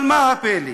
אבל מה הפלא?